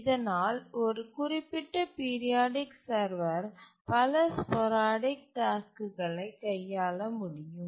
இதனால் ஒரு குறிப்பிட்ட பீரியாடிக் சர்வர் பல ஸ்போரடிக் டாஸ்க்குகளை கையாள முடியும்